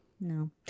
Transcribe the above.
No